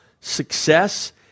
success